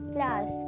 Class